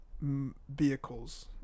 vehicles